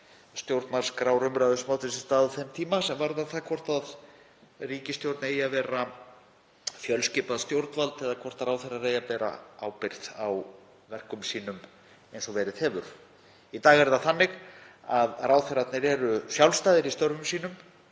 stjórnarskrárumræðu sem átti sér stað á þeim tíma, sem varðar það hvort ríkisstjórn eigi að vera fjölskipað stjórnvald eða hvort ráðherrar eigi að bera ábyrgð á verkum sínum eins og verið hefur. Í dag er það þannig að ráðherrarnir eru sjálfstæðir í störfum sínum